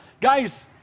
Guys